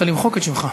ולכן,